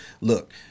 look